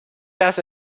dass